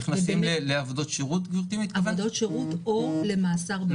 נכנסים לעבודות שירות או למאסר בפועל.